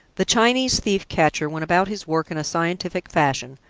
the chinese thief-catcher went about his work in a scientific fashion.